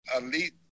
elite